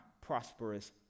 prosperous